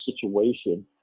situation